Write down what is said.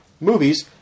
movies